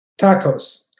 Tacos